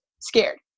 scared